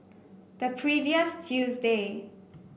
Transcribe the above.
the previous Tuesday